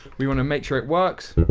we want to make sure it works.